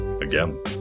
again